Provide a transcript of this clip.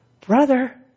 Brother